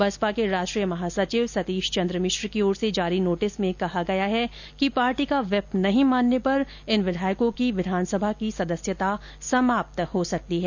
बसपा के राष्ट्रीय महासचिव सतीश चंद्र मिश्र की ओर से जारी नोटिस में कहा गया है कि पार्टी का व्हिप नहीं मानने पर इन विधायकों की विधानसभा की सदस्यता समाप्त हो सकती है